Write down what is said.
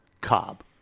Cobb